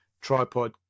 tripod